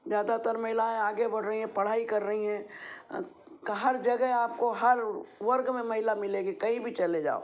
ज़्यादातर महिलाएं आगे बढ़ रही हैं पढ़ाई कर रही हैं हर जगह आपको हर वर्ग में महिला मिलेगी कई भी चले जाओ